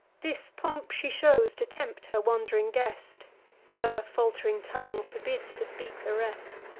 this pomp she shows, to tempt her wand'ring guest her falt'ring tongue forbids to speak the rest.